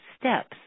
steps